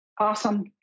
Awesome